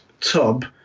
tub